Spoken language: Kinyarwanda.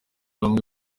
bamwe